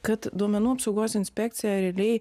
kad duomenų apsaugos inspekcija realiai